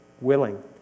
willing